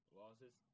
losses